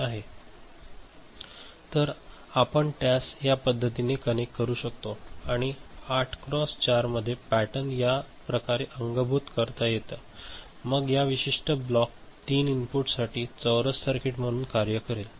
D0 A0 D1 0 D2 ∑ m26 D3 ∑ m35 D4 ∑ m457 D5 ∑ m67 तर आम्ही त्यास या पद्धतीने कनेक्ट करू शकतो आणि या 8 क्रॉस 4 मध्ये पॅटर्न हा याप्रकारे अंगभूत करता येते मग हा विशिष्ट ब्लॉक 3 बिट इनपुटसाठी चौरस सर्किट म्हणून कार्य करेल